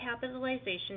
capitalization